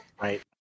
Right